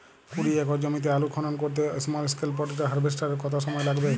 কুড়ি একর জমিতে আলুর খনন করতে স্মল স্কেল পটেটো হারভেস্টারের কত সময় লাগবে?